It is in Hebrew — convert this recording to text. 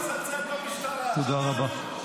תודה רבה.